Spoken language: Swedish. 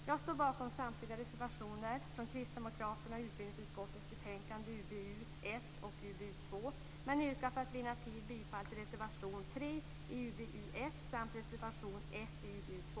Jag står bakom samtliga reservationer från Kristdemokraterna i utbildningsutskottets betänkanden UbU1 och UbU2, men yrkar för att vinna tid bifall till reservation 3 i UbU1 samt reservation 1 i UbU2.